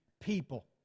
people